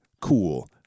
Cool